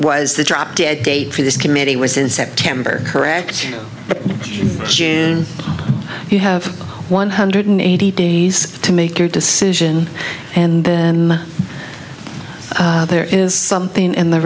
was the drop dead date for this committee was in september correct but you have one hundred eighty days to make your decision and then there is something in the